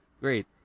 great